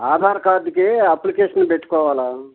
ఆధార్కార్డుకి application పెట్టుకోవాలి